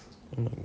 mm